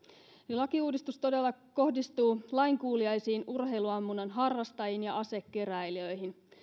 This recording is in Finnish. lakiuudistus todella kohdistuu lainkuuliaisiin urheiluammunnan harrastajiin ja asekeräilijöihin